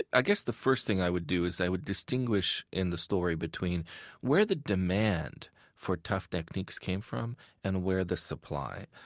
i guess the first thing i would do is i would distinguish in the story between where the demand for tough techniques came from and where the supply.